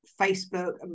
facebook